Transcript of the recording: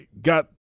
got